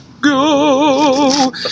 Go